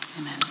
Amen